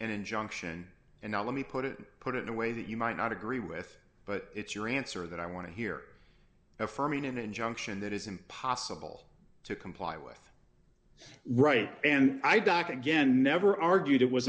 an injunction and not let me put it put it in a way that you might not agree with but it's your answer that i want to hear affirming an injunction that is impossible to comply with right and i doc again never argued it was